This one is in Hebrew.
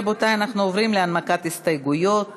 רבותי, אנחנו עוברים להנמקת הסתייגויות.